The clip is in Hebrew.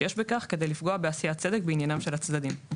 שיש בכך כדי לפגוע בעשיית צדק בעניינם של הצדדים,